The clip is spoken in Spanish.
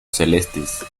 celestes